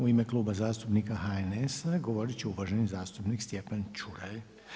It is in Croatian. U ime Kluba zastupnika HNS-a govorit će uvaženi zastupnik Stjepan Čuraj.